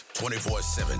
24-7